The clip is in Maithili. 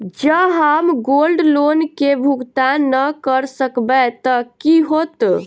जँ हम गोल्ड लोन केँ भुगतान न करऽ सकबै तऽ की होत?